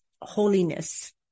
holiness